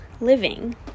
living